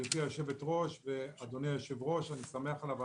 שלום לשני יושבי הראש של הישיבה